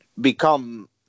become